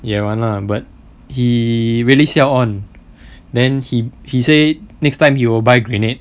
也玩 lah but he really siao on then he he said next time he will buy grenade